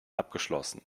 abgeschlossen